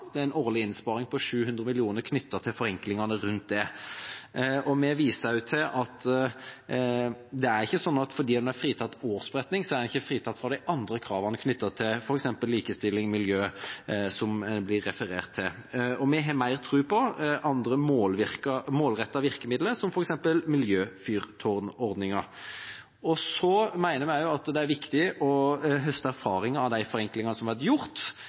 en årlig innsparing på 700 mill. kr knyttet til forenklingene rundt det. Vi viser også til at det ikke er sånn at fordi en er fritatt for årsberetning, er en ikke fritatt for de andre kravene knyttet til f.eks. likestilling og miljø, som det blir referert til. Vi har mer tro på andre målrettede virkemidler, som f.eks. miljøfyrtårnordningen. Så mener vi også at det er viktig å høste erfaringer av de forenklingene som har vært gjort,